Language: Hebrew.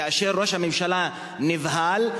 כאשר ראש הממשלה נבהל,